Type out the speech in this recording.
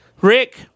Rick